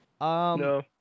No